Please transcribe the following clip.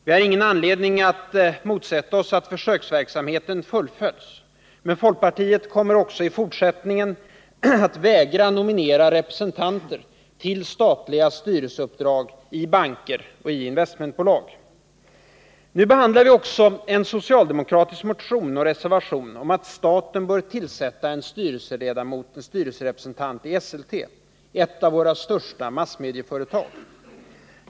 Vi har ingen anledning att motsätta oss att försöksverksamheten fullföljs, men folkpartiet kommer också i fortsättningen att vägra nominera representanter till statliga styrelseuppdrag i banker och investmentbolag. Nu behandlar vi också en socialdemokratisk motion och reservation om att staten bör tillsätta en styrelserepresentant i Esselte — ett av våra största massmedieföretag.